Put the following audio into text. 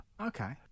Okay